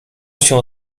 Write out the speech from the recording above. się